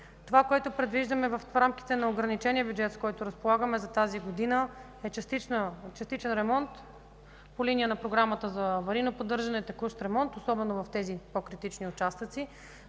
Това, което предвиждаме в рамките на ограничения бюджет, с който разполагаме за тази година, и частичен ремонт особено по линия на програмата за аварийно поддържане и текущ ремонт, особено в тези по-критични участъци.